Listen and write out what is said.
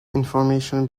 information